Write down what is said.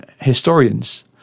historians